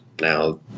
Now